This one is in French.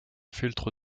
filtre